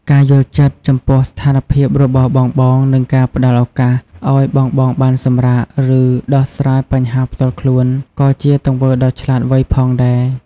ការយល់ចិត្ត ចំពោះស្ថានភាពរបស់បងៗ និង ការផ្ដល់ឱកាស ឱ្យបងៗបានសម្រាក ឬដោះស្រាយបញ្ហាផ្ទាល់ខ្លួន ក៏ជាទង្វើដ៏ឆ្លាតវៃផងដែរ។